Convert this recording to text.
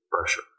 pressure